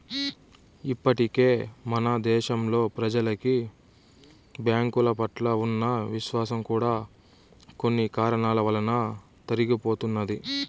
ఇప్పటికే మన దేశంలో ప్రెజలకి బ్యాంకుల పట్ల ఉన్న విశ్వాసం కూడా కొన్ని కారణాల వలన తరిగిపోతున్నది